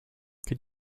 could